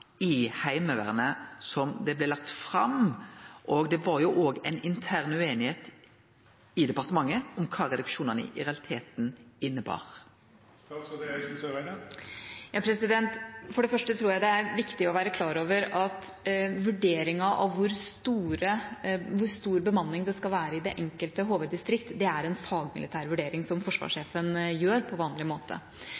i Heimevernet som det som blei lagt fram? Det var jo òg ei intern ueinigheit i departementet om kva reduksjonane i realiteten innebar. For det første tror jeg det er viktig å være klar over at vurderingen av hvor stor bemanning det skal være i det enkelte HV-distrikt, er en fagmilitær vurdering som